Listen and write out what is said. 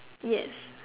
yes